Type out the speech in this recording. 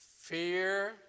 fear